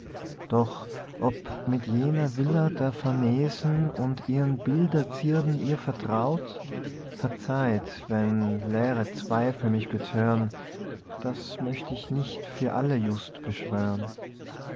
doch ob mit jener villa der farnesen und ihren bilderzierden ihr vertraut verzeiht wenn leere zweifel mich bethören das möcht ich nicht für alle just beschwören